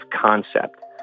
concept